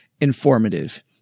informative